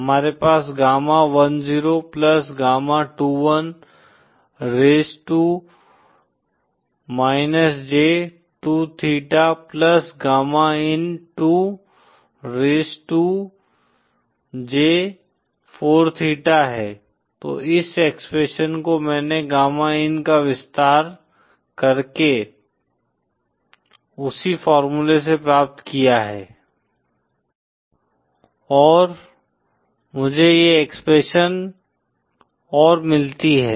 हमारे पास गामा10 गामा21 राइज़ड टू j2थीटा गामा इन2 राइज़ड टू j4थीटा है तो इस एक्सप्रेशन को मैंने गामा इन का विस्तार करके उसी फार्मूला से प्राप्त किया है और मुझे यह एक्सप्रेशन और मिलती है